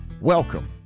Welcome